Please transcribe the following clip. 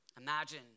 Imagine